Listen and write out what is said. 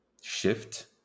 shift